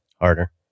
Harder